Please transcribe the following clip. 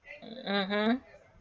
mmhmm